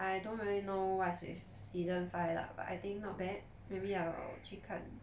I don't really know what's with season five lah but I think not bad maybe I'll 去看